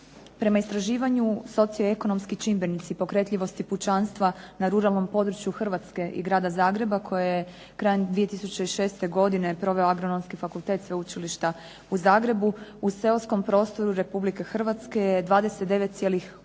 Prema istraživanju socioekonomski čimbenici pokretljivosti pučanstva na ruralnom području Hrvatske i Grada Zagreba koje je krajem 2006. proveo Agronomski fakultet Sveučilišta u Zagrebu u seoskom prostoru Republike Hrvatske je 29,8%